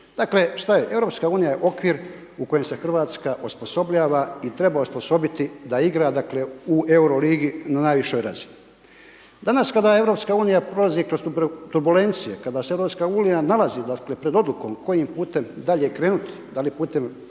Dakle, šta je EU je okvir u kojem se Hrvatska osposobljava i treba je osposobiti da igra dakle u euro ligi na najvišoj razini. Danas kada EU prolazi kroz turbulencije, kada se EU nalazi dakle pred odlukom kojim putem dalje krenuti, da li putem daljih